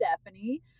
stephanie